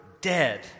dead